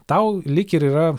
tau lyg ir yra